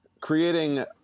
creating